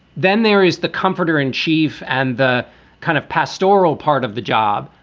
then there is the comforter in chief and the kind of pastoral part of the job.